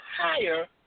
higher